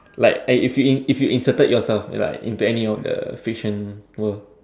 like I if you if you inserted yourself like into any of the fiction world